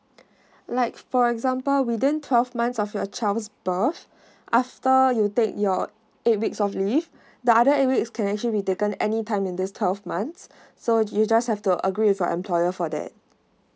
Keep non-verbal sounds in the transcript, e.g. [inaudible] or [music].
[breath] like for example within twelve months of your child's birth [breath] after you take your eight weeks leave [breath] the other eight weeks can actually be taken any time in this twelve months [breath] so you just have to agree with your employer for that